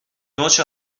نوچه